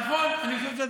נכון.